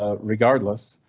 ah regardless,